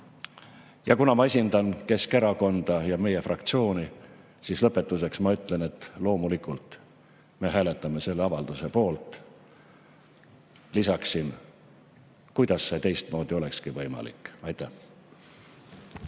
Ja kuna ma esindan Keskerakonda ja meie fraktsiooni, siis lõpetuseks ma ütlen, et loomulikult me hääletame selle avalduse poolt. Lisaksin: kuidas see teistmoodi olekski võimalik? Aitäh!